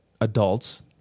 adults